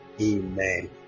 Amen